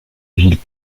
gilles